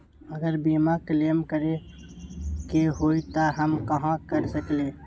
अगर बीमा क्लेम करे के होई त हम कहा कर सकेली?